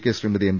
K Sreemathi M